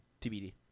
TBD